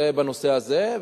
זה בנושא הזה.